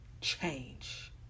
change